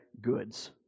goods